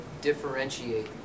differentiate